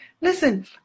Listen